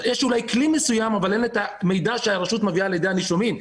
יש אולי כלי מסוים אבל אין את המידע שהרשות מביאה לידי הנישומים.